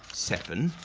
seven,